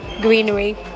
greenery